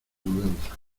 mudanza